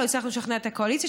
לא הצלחנו לשכנע את הקואליציה,